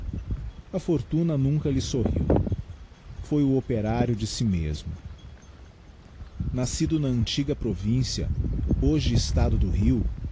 a fortuna nunca lhe sorriu foi o operário de si mesmo nascido na antiga província hoje estado do